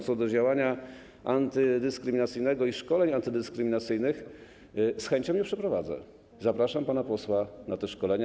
Co do działania antydyskryminacyjnego i szkoleń antydyskryminacyjnych z chęcią je przeprowadzę, zapraszam pana posła na te szkolenia.